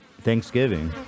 Thanksgiving